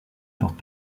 porte